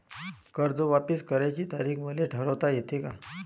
कर्ज वापिस करण्याची तारीख मले ठरवता येते का?